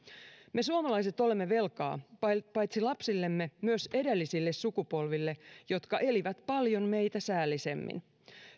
me suomalaiset olemme velkaa paitsi lapsillemme myös edellisille sukupolville jotka elivät paljon meitä säällisemmin